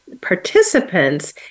participants